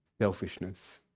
Selfishness